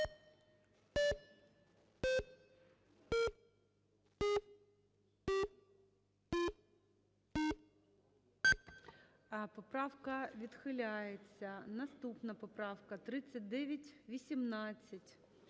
Поправка відхиляється. Наступна поправка - 3918.